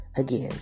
again